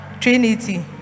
Trinity